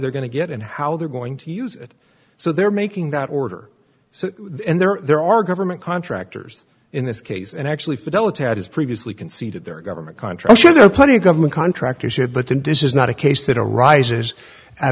they're going to get and how they're going to use it so they're making that order so there are there are government contractors in this case and actually fidelity has previously conceded their government contracts sure there are plenty of government contractors should but and this is not a case that arises out